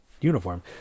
uniform